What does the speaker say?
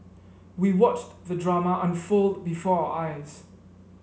we watched the drama unfold before our eyes